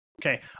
okay